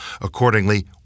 Accordingly